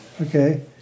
Okay